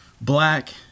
black